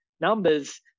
numbers